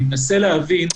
אני מנסה להבין,